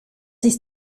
ist